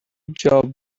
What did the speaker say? job